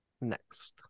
Next